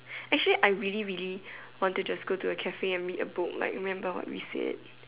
actually I really really want to just go to a cafe and read a book like remember what we said